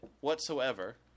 whatsoever